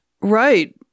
Right